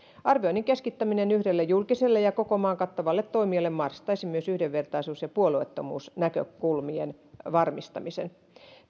arvioinnin keskittäminen yhdelle julkiselle ja koko maan kattavalle toimijalle mahdollistaisi myös yhdenvertaisuus ja puolueettomuusnäkökulmien varmistamisen